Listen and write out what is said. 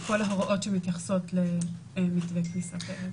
כל ההוראות שמתייחסות למתווה כניסה כזה.